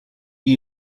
new